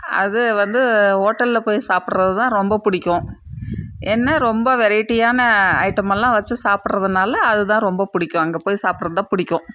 அது வந்து ஓட்டலில் போய் சாப்பிட்றதுதான் ரொம்பப் பிடிக்கும் ஏன்னால் ரொம்ப வெரைட்டியான ஐட்டமெல்லாம் வச்சு சாப்பிட்றதுனால அதுதான் ரொம்பப் பிடிக்கும் அங்கே போய் சாப்பிட்றதுதான் பிடிக்கும்